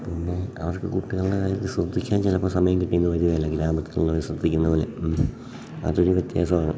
പിന്നെ അവർക്ക് കുട്ടികളുടെ കാര്യത്തിൽ ശ്രദ്ധിക്കാൻ ചിലപ്പം സമയം കിട്ടി എന്ന് വരികയില്ല ഗ്രാമത്തിൽ ഉള്ളവർ ശ്രദ്ധിക്കുന്നത് പോലെ അതൊരു വ്യത്യാസമാണ്